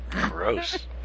Gross